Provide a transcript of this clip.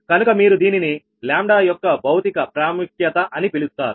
కనుక మీరు దీనిని యొక్క భౌతిక ప్రాముఖ్యత అని పిలుస్తారు